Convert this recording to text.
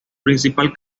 principal